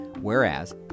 Whereas